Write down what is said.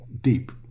deep